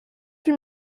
huit